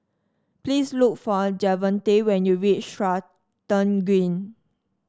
please look for Javonte when you reach Stratton Green